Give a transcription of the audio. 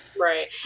Right